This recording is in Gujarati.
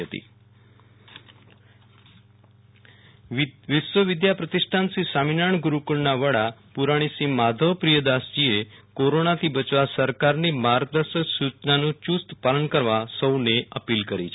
વિરલ રાણા કોરોના અપીલ વિશ્વવિદ્યા પ્રતિષ્ઠાન શ્રી સ્વામિનારાયણ ગુરુકુળના વડા પુરાણી શ્રી માધવપ્રિયદાસજી સ્વામીએ કોરોનાથી બચવા સરકારની માર્ગદર્શક સૂચનાનું ચુસ્ત પાલન કરવા સૌનેઅ પીલ કરી છે